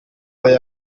teta